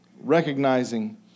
recognizing